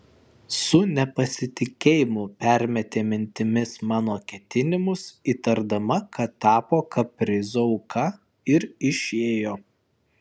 su nepasitikėjimu permetė mintimis mano ketinimus įtardama kad tapo kaprizo auka ir išėjo